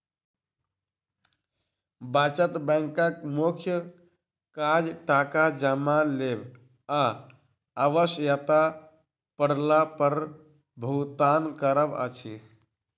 बचत बैंकक मुख्य काज टाका जमा लेब आ आवश्यता पड़ला पर भुगतान करब अछि